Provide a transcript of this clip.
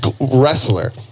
wrestler